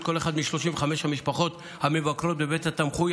כל אחד מ-35 המשפחות המבקרות בבית התמחוי,